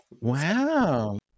Wow